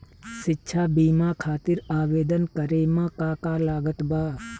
शिक्षा बीमा खातिर आवेदन करे म का का लागत बा?